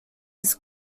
his